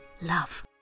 love